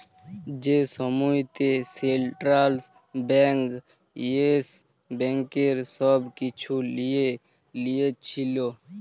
যে সময়তে central bank Yes ব্যাংকের ছব কিছু লিঁয়ে লিয়েছিল